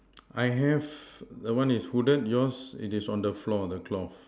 I have the one is hooded yours it is on the floor the cloth